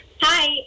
Hi